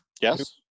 yes